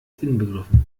inbegriffen